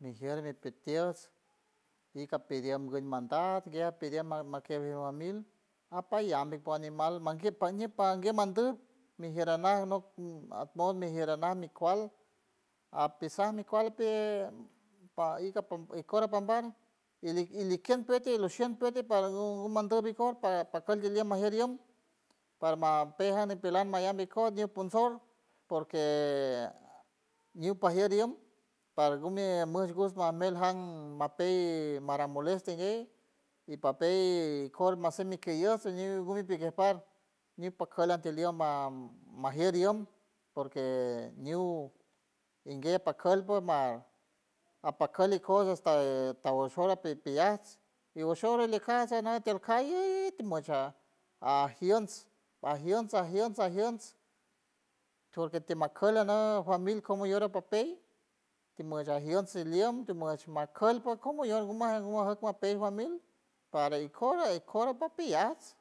Mijier mi pi tiets ika piriem gun manda gue piriem makie mi famil apayam bi po ñimal manguie pañi pan gue mandu mijier ana nok at mod mijier anaj mi kual apisaj mi kual pi pa ika ikor a pamban i- ilikien püet ilushuen püet pá gumando iko pa- pakuelt guilie majier iem parma pey ijan ñipelan mallam ikot ñuponsort porque ñupajier iem par gumi mush gushna mel jan mapey maran molestiñey y papey kor masim mikilles ñiw gumi pikijpar ñiw pakult antiliem ma- majier iem porque ñiw ingue apakult pue ma apakult ikos esta tahoshor apipiyajs y oshor olikiajts anot tiel call y timush a- ajients, ajients, ajients, ajients porque timakult ano famil como aller apapey timush ajients iliem timosh makult por como ier guma gumajer kuma pey famil para ikor ikor apapillats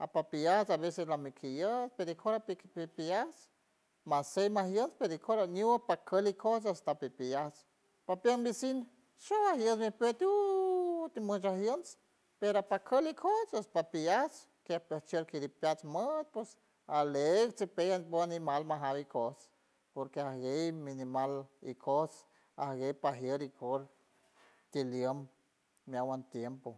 apapillats a veces lamikille per ikor api- apipillajs masey majien per ikor añu pakult ikos esta pipillajts papien vicin showalley nipuet uu timosh ajients pero apakult ikos pipillajts kej pesh shield kidipeats mod pos alech chipey at pue ñimal majal ikots porque ajguey mi ñimal ikots ajguey pajier ikor tiliem meawan tiempo.